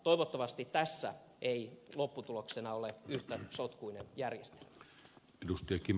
toivottavasti tässä ei lopputuloksena ole yhtä sotkuinen järjestelmä